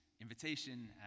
invitation